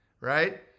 right